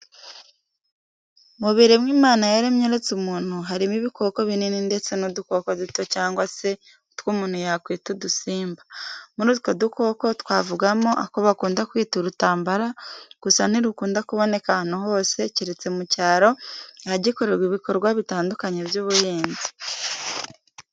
Mu biremwa Imana yaremye uretse umuntu harimo ibikoko binini ndetse n'udukoko duto cyangwa se utwo umuntu yakwita udusimba. Muri utwo dukoko twavugamo ako bakunda kwita urutambara gusa ntirukunda kuboneka ahantu hose keretse mu cyaro ahagikorerwa ibikorwa bitandukanye by'ubuhinzi.